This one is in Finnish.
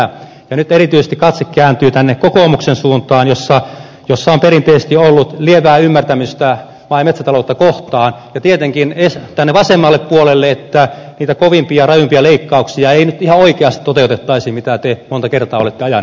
ja nyt erityisesti katse kääntyy kokoomuksen suuntaan jossa on perinteisesti ollut lievää ymmärtämystä maa ja metsätaloutta kohtaan ja tietenkin vasemmalle puolelle että niitä kovimpia rajuimpia leikkauksia ei nyt ihan oikeasti toteutettaisi mitä te monta kertaa olette ajaneet